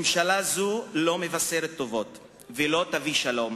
ממשלה זו לא מבשרת טובות ולא תביא שלום,